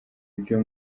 byo